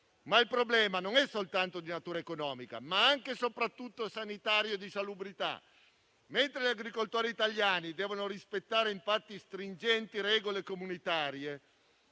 Il problema, però, è non soltanto di natura economica, ma anche e soprattutto sanitario e di salubrità. Infatti, mentre gli agricoltori italiani devono rispettare stringenti regole comunitarie,